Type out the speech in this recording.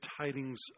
tidings